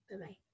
Bye-bye